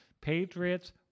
Patriots